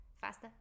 faster